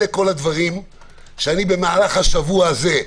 אלה כל הדברים שאני במהלך השבוע הזה,